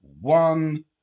one